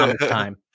time